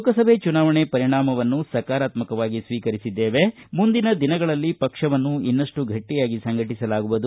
ಲೋಕಸಭೆ ಚುನಾವಣೆ ಪರಿಣಾಮವನ್ನು ಸಕಾರಾತ್ಮವಾಗಿ ಸ್ವೀಕರಿಸಿ ಮುಂದಿನ ದಿನಗಳಲ್ಲಿ ಪಕ್ಷವನ್ನು ಇನಷ್ಟು ಗಟ್ಟಿಯಾಗಿ ಸಂಘಟಿಸಲಾಗುವುದು